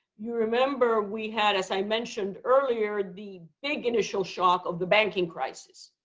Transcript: you remember we had, as i mentioned earlier, the big initial shock of the banking crisis,